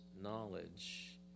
knowledge